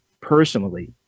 personally